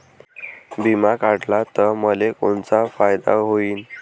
बिमा काढला त मले कोनचा फायदा होईन?